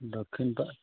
দক্ষিণপাট